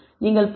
நீங்கள் 0